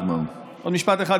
עוד משפט אחד,